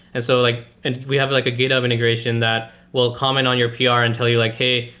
and so like and we have like a github integration that will comment on your pr and tell you like, hey,